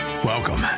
Welcome